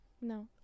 No